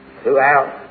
throughout